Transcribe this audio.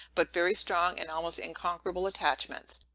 but very strong and almost unconquerable attachments.